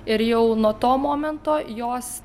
ir jau nuo to momento jos